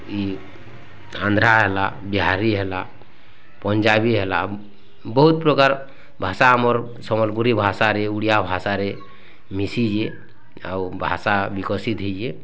ଏ ଆନ୍ଧ୍ରା ହେଲା ବିହାରୀ ହେଲା ପଞ୍ଜାବୀ ହେଲା ବହୁତ୍ ପ୍ରକାର୍ ଭାଷା ଆମର୍ ସମ୍ୱଲପୁରୀ ଭାଷାରେ ଓଡ଼ିଆ ଭାଷାରେ ମିଶିଛି ଆଉ ଭାଷା ବିକଶିତ୍ ହୋଇଛି